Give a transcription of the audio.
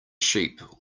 sheep